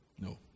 No